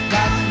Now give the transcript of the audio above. Got